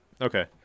Okay